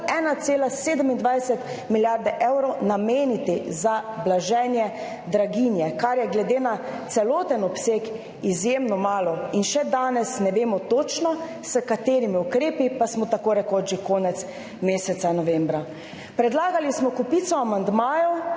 1,27 milijarde evrov nameniti za blaženje draginje, kar je glede na celoten obseg izjemno malo. In še danes ne vemo točno, s katerimi ukrepi, pa smo tako rekoč že konec meseca novembra. Predlagali smo kopico amandmajev.